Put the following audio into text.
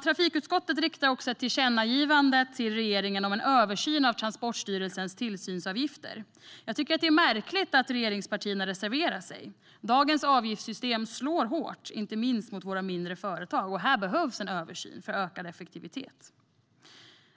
Trafikutskottet riktar också ett tillkännagivande till regeringen om en översyn av Transportstyrelsens tillsynsavgifter. Det är märkligt att regeringspartierna har reserverat sig. Dagens avgiftssystem slår hårt, inte minst mot våra mindre företag. Här behövs en översyn för ökad effektivitet.